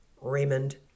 Raymond